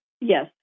yes